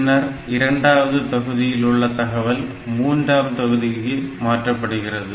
பின்னர் இரண்டாவது தொகுதியில் உள்ள தகவல் மூன்றாவது தொகுதிக்கு மாற்றப்படுகிறது